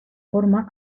forma